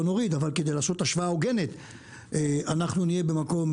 לא נוריד אבל כדי לעשות השוואה הוגנת אנחנו נהיה במקום,